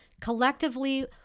Collectively